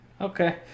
Okay